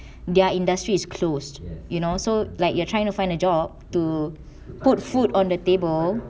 their industry is closed you know so like you're trying to find a job to put food on the table